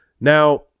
Now